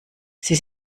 sie